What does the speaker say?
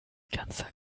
ganzer